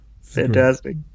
Fantastic